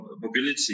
mobility